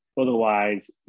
Otherwise